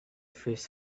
first